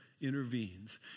intervenes